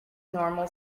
normal